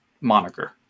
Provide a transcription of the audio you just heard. moniker